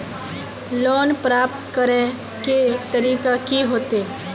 Loan प्राप्त करे के तरीका की होते?